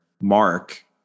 Mark